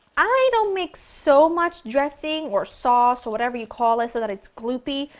i don't make so much dressing or sauce or whatever you call it so that it's gloopy,